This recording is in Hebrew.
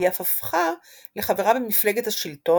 היא אף הפכה לחברה במפלגת השלטון,